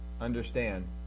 understand